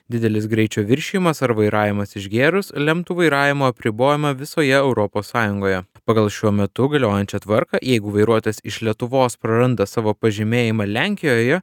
didelis greičio viršijimas ar vairavimas išgėrus lemtų vairavimo apribojimą visoje europos sąjungoje pagal šiuo metu galiojančią tvarką jeigu vairuotojas iš lietuvos praranda savo pažymėjimą lenkijoje